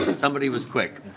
but somebody was quick.